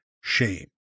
shame